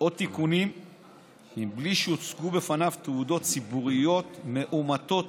או תיקונים מבלי שיוצגו בפניו תעודות ציבוריות מאומתות